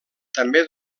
també